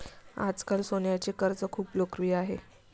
आजकाल सोन्याचे कर्ज खूप लोकप्रिय आहे